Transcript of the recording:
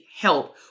help